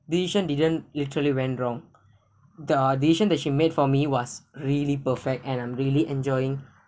decision didn't literally went wrong the decision that she made for me was really perfect and I'm really enjoying